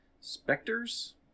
specters